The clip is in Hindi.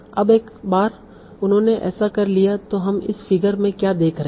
अब एक बार उन्होंने ऐसा कर लिया है तो हम इस फिगर में क्या देख रहे हैं